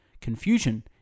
confusion